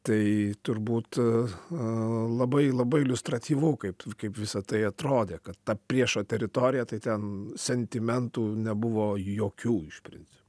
tai turbūt labai labai iliustratyvų kaip kaip visa tai atrodė kad ta priešo teritorija tai ten sentimentų nebuvo jokių iš principo